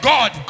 God